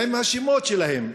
עם השמות שלהם,